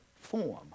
form